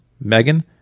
Megan